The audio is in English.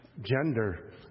gender